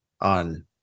on